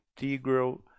integral